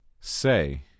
Say